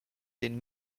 den